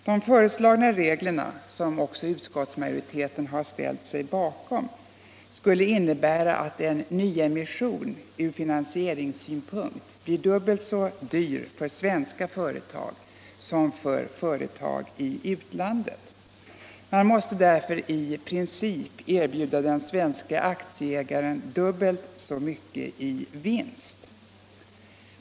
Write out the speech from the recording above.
De föreslagna reglerna, som också utskottsmajoriteten ställt sig bakom, skulle innebära att en ny emission ur finansieringssynpunkt blir dubbelt så dyr för svenska företag som för företag i utlandet. Man måste därför i princip erbjuda den svenska aktieägaren dubbelt så mycket i vinst.